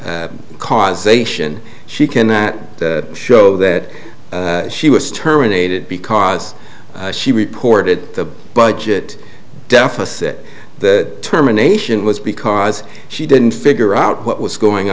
causation she cannot show that she was terminated because she reported the budget deficit that terminations was because she didn't figure out what was going